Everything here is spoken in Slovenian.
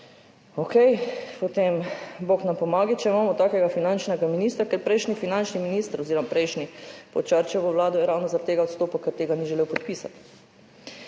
Okej, potem bog nam pomagaj, če imamo takega finančnega ministra, ker finančni minister pod Šarčevo vlado je ravno zaradi tega odstopil, ker tega ni želel podpisati.